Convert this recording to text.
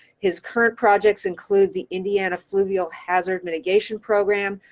his current projects include the indiana fluvial hazard mitigation program,